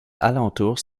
alentours